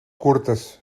curtes